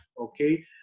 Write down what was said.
Okay